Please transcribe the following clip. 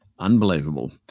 unbelievable